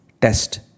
Test